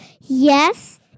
Yes